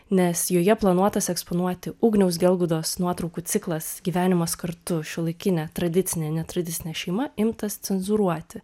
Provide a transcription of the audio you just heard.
nes joje planuotas eksponuoti ugniaus gelbūdos nuotraukų ciklas gyvenimas kartu šiuolaikinė tradicinė netradicinė šeima imtas cenzūruoti